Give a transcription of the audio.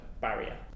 barrier